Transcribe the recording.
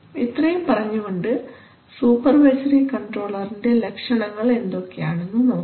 ഇത്രയും പറഞ്ഞു കൊണ്ട് സൂപ്പർവൈസറി കൺട്രോളർൻറെ ലക്ഷണങ്ങൾ എന്തൊക്കെയാണെന്ന് നോക്കാം